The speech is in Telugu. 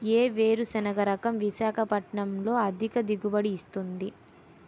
ఏ వేరుసెనగ రకం విశాఖపట్నం లో అధిక దిగుబడి ఇస్తుంది?